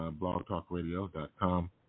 blogtalkradio.com